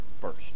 First